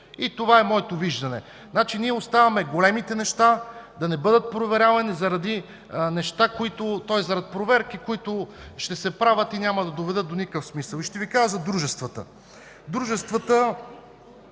и това е моето виждане. Значи ние оставяме големите неща да не бъдат проверявани заради проверки, които ще се правят и няма да доведат до никакъв смисъл. Ще Ви кажа за дружествата. Дружествата